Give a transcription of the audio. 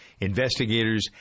investigators